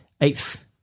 Eighth